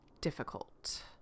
difficult